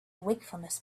wakefulness